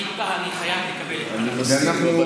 אני חייב לקבל, אני מסכים איתך.